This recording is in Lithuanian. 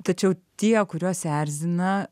tačiau tie kuriuos erzina